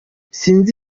sinzi